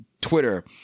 twitter